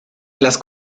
las